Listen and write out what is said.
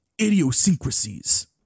idiosyncrasies